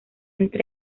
entre